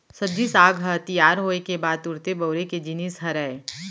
सब्जी साग ह तियार होए के बाद तुरते बउरे के जिनिस हरय